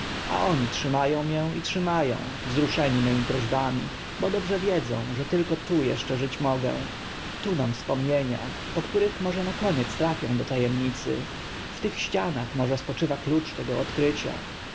a oni trzyma ą mię i trzyma ą wzruszeni mymi prośbami bo dobrze wiedzą że tylko tu eszcze żyć mogę tu mam wspomnienia po których może na koniec trafię do ta emnicy w tych ścianach może spoczywa klucz tego odkrycia